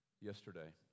Yesterday